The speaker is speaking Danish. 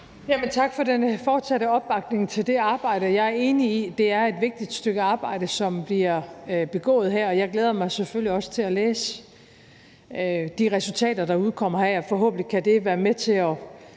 Tak for den fortsatte opbakning til det arbejde. Jeg er enig i, at det er et vigtigt stykke arbejde, som bliver begået her, og jeg glæder mig selvfølgelig også til at læse de resultater, der udkommer her, og forhåbentlig kan det være med til at